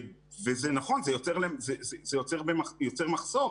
זה נכון שזה יוצר מחסור.